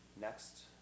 Next